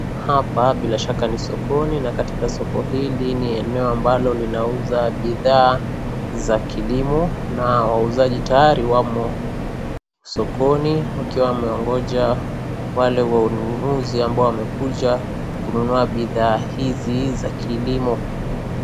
Hapa bila shaka ni sokoni na katika soko hili ni eneo ambalo linauza bidhaa za kilimo na wauzaji tayari wamo sokoni wakiwa wamengoja wale wanunuzi ambao wamekuja kununua bidhaa hizi za kilimo.